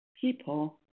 people